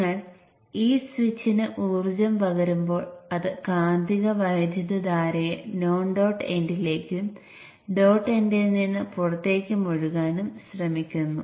Q1 ഓണാണ് അപ്പോൾ Vin ഈ പോയിന്റിലേക്ക് വരുന്നു